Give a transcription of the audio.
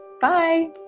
Bye